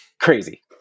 Crazy